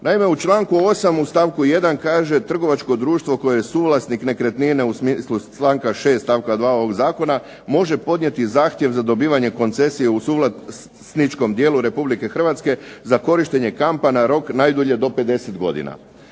Naime u članku 8. u stavku 1. kaže trgovačko društvo koje je suvlasnik nekretnine u smislu članka 6. stavka 2. ovog zakona može podnijeti zahtjev za dobivanje koncesije u suvlasničkom dijelu Republike Hrvatske za korištenje kampa na rok najdulje do 50 godina.